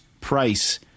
price